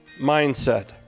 mindset